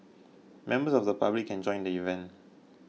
members of the public can join the event